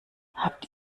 habt